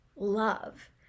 love